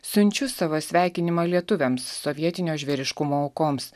siunčiu savo sveikinimą lietuviams sovietinio žvėriškumo aukoms